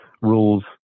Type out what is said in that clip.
rules